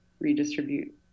redistribute